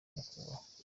nyakubahwa